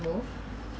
smooth